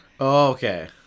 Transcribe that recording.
okay